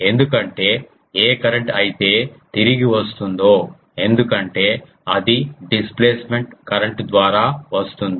ఎందుకంటే ఏ కరెంట్ అయితే తిరిగి వస్తుందో ఎందుకంటే అది డిస్ప్లేస్మెంట్ కరెంట్ ద్వారా వస్తుంది